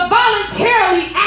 voluntarily